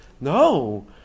no